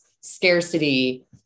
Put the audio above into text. scarcity